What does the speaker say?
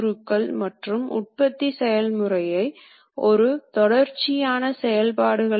மிகப் பெரிய இயந்திரங்களுக்கு ஹைட்ராலிக் டிரைவையும் பயன்படுத்தலாம்